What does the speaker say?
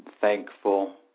thankful